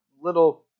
little